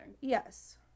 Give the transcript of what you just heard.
yes